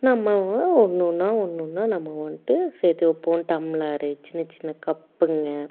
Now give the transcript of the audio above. நம்ம ஆ ஊ ஒன்று ஒன்றா ஒன்று ஒன்றா நம்ம வந்துட்டு சேர்த்து வைப்போம் டம்ளரு சின்ன சின்ன கப்புங்கள்